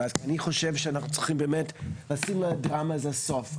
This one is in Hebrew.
אני חושב שאנחנו צריכים באמת לשים לדבר הזה סוף.